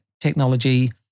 technology